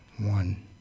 one